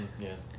Yes